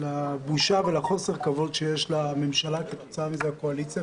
לבושה ולחוסר הכבוד שיש לממשלה וכתוצאה מזה לקואליציה,